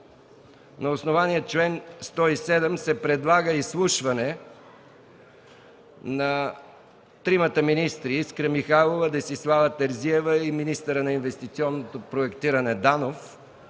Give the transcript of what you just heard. на основание чл. 107 от ПОДНС се предлага изслушване на тримата министри Искра Михайлова, Десислава Терзиева и министъра на инвестиционното проектиране Иван